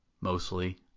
Mostly